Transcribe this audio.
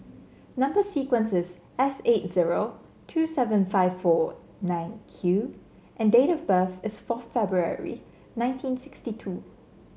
number sequence is S eight zero two seven five four nine Q and date of birth is four February nineteen sixty two